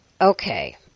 okay